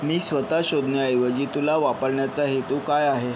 मी स्वत शोधण्याऐवजी तुला वापरण्याचा हेतू काय आहे